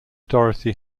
dorothy